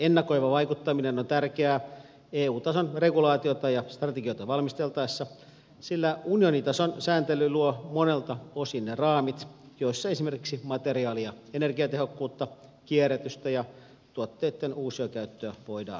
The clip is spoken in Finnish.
ennakoiva vaikuttaminen on tärkeää eu tason regulaatioita ja strategioita valmisteltaessa sillä unionitason sääntely luo monelta osin ne raamit joissa esimerkiksi materiaali ja energiatehokkuutta kierrätystä ja tuotteitten uusiokäyttöä voidaan tehostaa